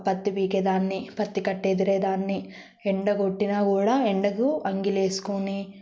పత్తి పీకే దాన్ని పత్తి కట్టేదిరే దాన్ని ఎండ కొట్టినా కూడా ఎండకు అంగిలేసుకుని